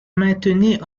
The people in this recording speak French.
maintenait